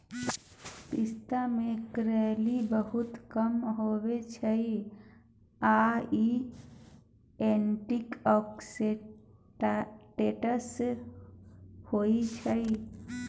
पिस्ता मे केलौरी बहुत कम होइ छै आ इ एंटीआक्सीडेंट्स होइ छै